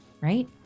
right